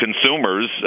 consumers